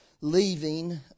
leaving